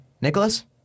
Nicholas